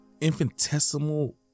infinitesimal